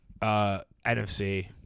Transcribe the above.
NFC